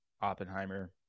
Oppenheimer